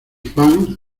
fans